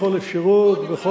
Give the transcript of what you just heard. בכל אפשרות לא נמאס,